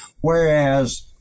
Whereas